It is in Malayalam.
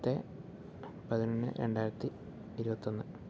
പത്ത് പതിനൊന്ന് രണ്ടായിരത്തി ഇരുപത്തൊന്ന്